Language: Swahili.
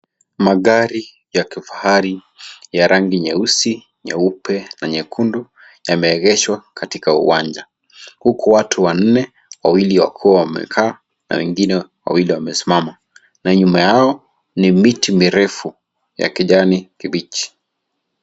Magari ya kifahari ya rangi nyeusi, nyeupe, na nyakundu yameegeshwa katika uwanja. Huku watu wa nne, wawili wakiwa wamekaa na wengine wawili wamesmama na nyuma yao ni miti mirefu ya kijani kibichi.